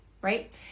right